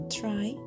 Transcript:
try